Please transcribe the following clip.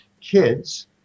kids